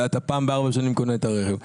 אתה פעם בארבע שנים קונה את הרכב,